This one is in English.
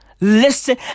Listen